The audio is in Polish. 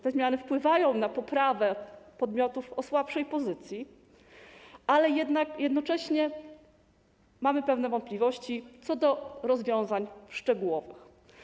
Te zmiany wpływają na poprawę podmiotów o słabszej pozycji, ale jednocześnie mamy pewne wątpliwości odnośnie do rozwiązań szczegółowych.